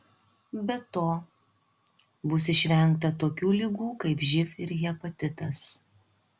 be to bus išvengta tokių ligų kaip živ ir hepatitas